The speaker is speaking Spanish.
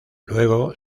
luego